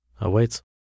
awaits